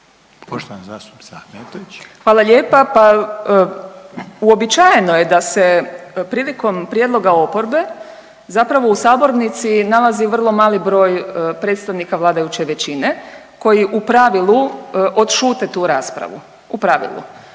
**Ahmetović, Mirela (SDP)** Hvala lijepa. Pa uobičajeno je da se prilikom prijedloga oporbe zapravo u sabornici nalazi vrlo mali broj predstavnika vladajuće većine koji u pravilu odšute tu raspravu, u pravilu.